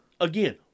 again